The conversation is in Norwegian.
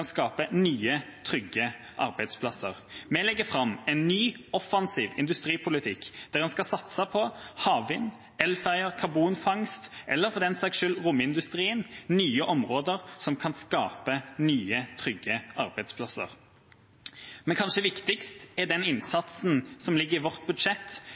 skape nye, trygge arbeidsplasser. Vi legger fram en ny, offensiv industripolitikk der en skal satse på havvind, elferjer, karbonfangst eller for den saks skyld romindustrien – nye områder som kan skape nye, trygge arbeidsplasser. Men kanskje viktigst er den innsatsen som ligger i vårt budsjett